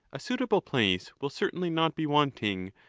a suitable place will certainly not be wanting,